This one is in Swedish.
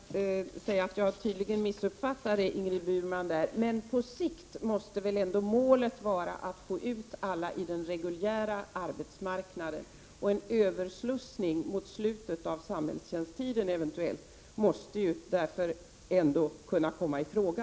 Herr talman! Jag vill bara säga att jag tydligen missuppfattade Ingrid Burman. På sikt måste väl ändå målet vara att få ut alla på den reguljära arbetsmarknaden. En överslussning mot slutet av samhällstjänsttiden måste därför kunna komma i fråga.